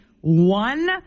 one